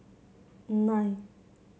nine